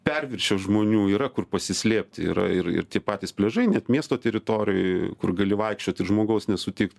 perviršio žmonių yra kur pasislėpt yra ir ir patys pliažai net miesto teritorijoj kur gali vaikščiot ir žmogaus nesutikt